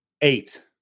eight